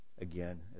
again